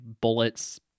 bullets